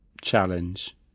challenge